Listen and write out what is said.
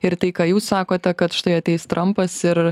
ir tai ką jūs sakote kad štai ateis trampas ir